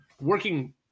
Working